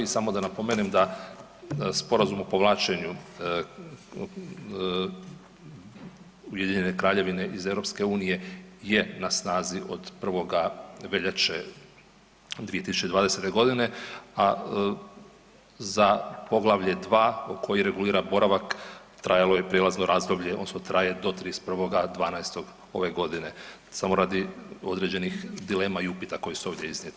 Samo da napomenem da Sporazum o povlačenju Ujedinjene Kraljevine iz EU je na snazi od 1. veljače 2020.g., a za Poglavlje 2. koji regulira boravak trajalo je prijelazno razdoblje odnosno traje do 31.12. ove godine, samo radi određenih dilema i upita koji su ovdje iznijeti.